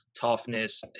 toughness